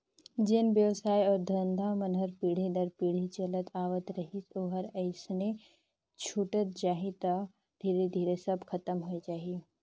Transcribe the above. जेन बेवसाय अउ धंधा मन हर पीढ़ी दर पीढ़ी चलत आवत रहिस ओहर अइसने छूटत जाही तब तो धीरे धीरे सब खतम होए जाही